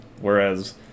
whereas